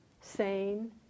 sane